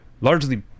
Largely